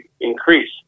increase